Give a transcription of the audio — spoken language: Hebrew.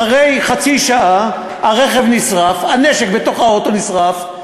אחרי חצי שעה הרכב נשרף, הנשק בתוך האוטו נשרף.